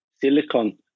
silicon